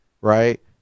right